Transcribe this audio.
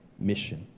mission